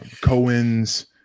Cohen's